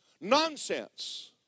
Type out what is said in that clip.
nonsense